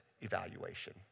evaluation